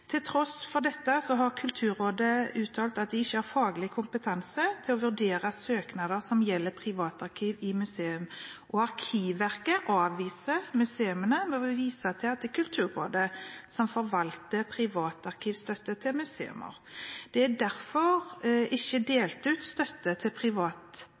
Til tross for dette har Kulturrådet uttalt at de ikke har faglig kompetanse til å vurdere søknader som gjelder privatarkiv i museer, og Arkivverket avviser museene med å vise til at det er Kulturrådet som forvalter privatarkivstøtte til museer. Det er derfor ikke delt ut støtte til